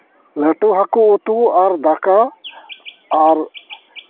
ᱞᱟᱹᱴᱩ ᱦᱟᱹᱠᱩ ᱩᱛᱩ ᱟᱨ ᱫᱟᱠᱟ ᱟᱨ